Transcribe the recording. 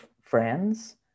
friends